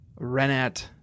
Renat